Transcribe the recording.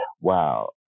Wow